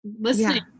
Listening